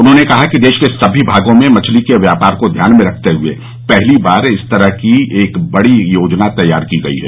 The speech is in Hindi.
उन्होंने कहा कि देश के सभी भागों में मछली के व्यापार को ध्यान में रखते हुए पहली बार इस तरह की एक बड़ी योजना तैयार की गई है